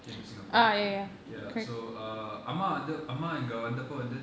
came to singapore ya so err அம்மாவந்துஅம்மாஇங்கவந்தப்பவந்து:amma vandhu amma inka vandhappa vandhu